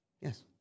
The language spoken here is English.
Yes